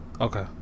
Okay